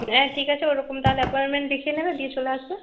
হ্যাঁ ঠিক আছে ওরকম তাহলে অ্যাপয়েন্মেন্ট লিখিয়ে নেবে দিয়ে চলে আসবে